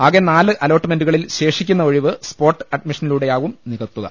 ആകെ നാല് അലോട്ട്മെന്റുകളിൽ ശേഷിക്കുന്ന ഒഴിവ് സ്പോട്ട് അഡ്മിഷനി ലൂടെയാവും നികത്തുക